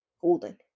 golden